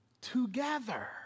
together